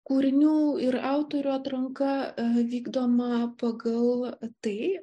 kūrinių ir autorių atranka vykdoma pagal tai